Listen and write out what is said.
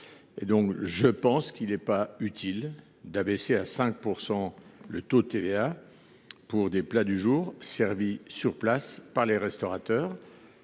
il ne me paraît pas utile d’abaisser à 5 % le taux de TVA pour les plats du jour servis sur place par les restaurateurs.